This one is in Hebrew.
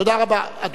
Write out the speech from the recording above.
תודה רבה.